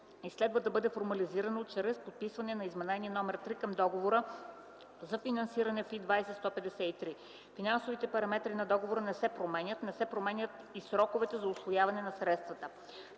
и следва да бъде формализирано чрез подписване на Изменение № 3 към Договора за финансиране FI 20.153. Финансовите параметри на договора не се променят, не се променят и сроковете за усвояване на средствата.